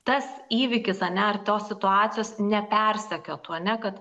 tas įvykis ane ir tos situacijos nepersekiotų ane kad